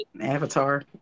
Avatar